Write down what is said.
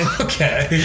Okay